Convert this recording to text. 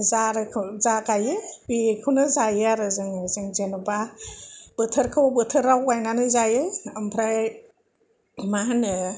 जारोखोम जा गाययो बेखौनो जायो आरो जों जों जेनबा बोथोरखौ बोथोराव गायनानै जायो आमफ्राय मा होनो